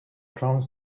ground